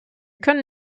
können